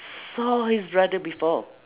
saw his brother before